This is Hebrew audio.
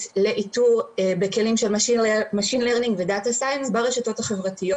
לאיתור בכלים של machine learning ו-data cubes ברשתות החברתיות.